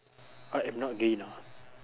I am not gay you know